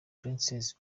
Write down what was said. princess